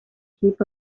heap